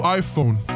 iPhone